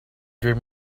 dream